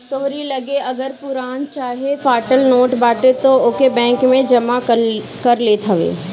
तोहरी लगे अगर पुरान चाहे फाटल नोट बाटे तअ ओके बैंक जमा कर लेत हवे